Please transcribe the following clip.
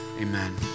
Amen